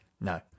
No